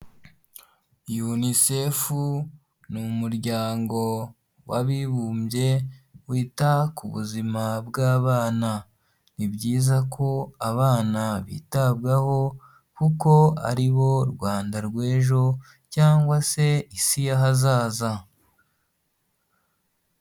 UNICEF ni umuryango w'abibumbye wita ku buzima bw'abana. Ni byiza ko abana bitabwaho kuko ari bo Rwanda rw'ejo cyangwa se Isi y'ahazaza.